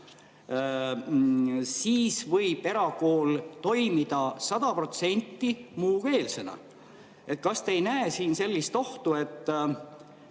siis võib erakool toimida 100% muukeelsena. Kas te ei näe siin sellist ohtu, et